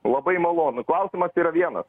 labai malonu klausimas yra vienas